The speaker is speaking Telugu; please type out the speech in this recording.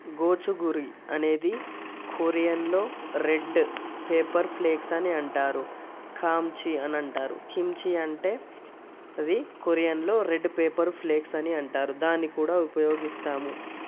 గోచిగురి అనేది కొరియన్లో రెడ్ పేపర్ ఫ్లెక్స్ అని అంటారు కామ్చి అనంటారు కిమ్చి అంటే అది కొరియన్లో రెడ్ పేపర్ ఫ్లెక్స్ అనంటారు దాన్ని కూడా ఉపయోగిస్తాము